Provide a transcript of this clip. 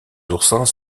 oursins